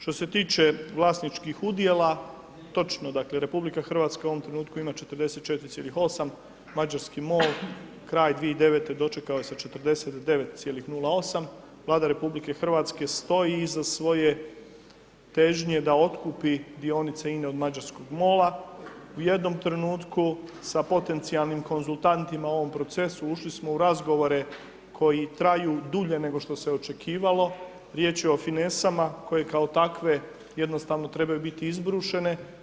Što se tiče vlasničkih udjela, točno dakle, RH u ovom trenutku ima 44,8 mađarski MOL kraj 2009. dočekao je sa 49,08 Vlada Republike Hrvatske stoji iza svoje težnje da otkupi dionice INA-e od mašarskog MOL-a u jednom trenutku sa potencijalnim konzultantima u ovom procesu ušli smo u razgovore koji traju dulje nego što se je očekivalo, riječ je finesama, koje kao takve, jednostavno trebaju biti izbrušene.